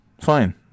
Fine